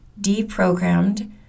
deprogrammed